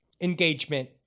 engagement